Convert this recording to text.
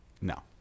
no